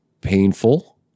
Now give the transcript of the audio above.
painful